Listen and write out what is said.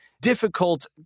difficult